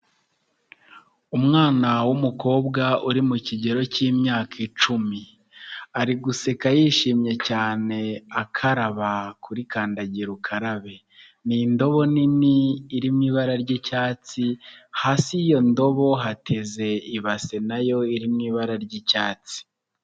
Umwana w'umukobwa uri mu kigero cy'imyaka icumi, ari guseka yishimye cyane akaraba kuri kandagira ukarabe. Ni indobo nini irimo ibara ry'icyatsi, hasi y'iyo ndobo hateze ibase na yo iri mu ibara ry'icyatsi.